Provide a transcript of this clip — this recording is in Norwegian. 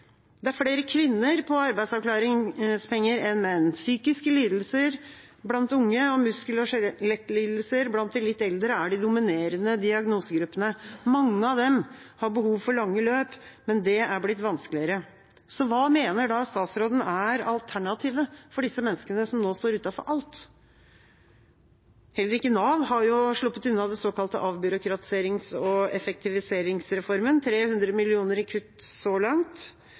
Det er flere kvinner enn menn på arbeidsavklaringspenger. Psykiske lidelser blant unge og muskel- og skjelettlidelser blant de litt eldre er de dominerende diagnosegruppene. Mange av dem har behov for lange løp, men det har blitt vanskeligere. Så hva mener da statsråden er alternativet for disse menneskene som nå står utenfor alt? Heller ikke Nav har sluppet unna den såkalte avbyråkratiserings- og effektiviseringsreformen – 300 mill. kr i kutt så langt.